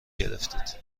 گرفتید